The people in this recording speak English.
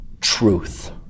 truth